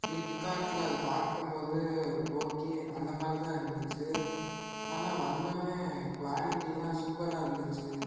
ஃபிளிப்கார்டில் அதை பார்க்கும் போது ஓகே அந்த மாதிரிதான் இருந்துச்சு ஆனால் வந்தோனே குவாலிட்டிலான் சூப்பராக இருந்துச்சு